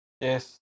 Yes